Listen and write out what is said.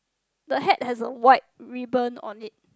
the hat has a white ribbon on it